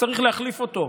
צריך להחליף אותו,